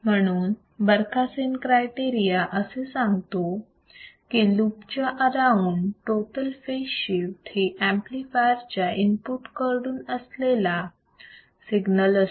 म्हणून Barkhausen criteria असे सांगतो की लूप च्या अराऊंड टोटल फेज शिफ्ट ही एंपलीफायर च्या इनपुट कडून असलेला सिग्नल असतो